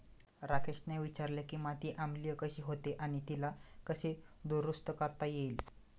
राकेशने विचारले की माती आम्लीय कशी होते आणि तिला कसे दुरुस्त करता येईल?